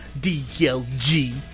Dlg